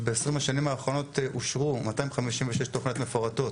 אז ב-20 השנים האחרונות אושרו 256 תוכניות מפורטות